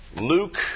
Luke